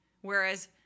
Whereas